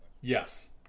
Yes